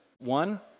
One